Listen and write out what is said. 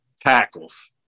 tackles